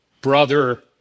brother